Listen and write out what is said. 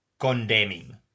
condemning